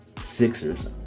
Sixers